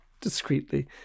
discreetly